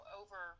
over